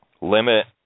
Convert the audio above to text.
Limit